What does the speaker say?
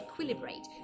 equilibrate